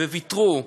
וויתרו.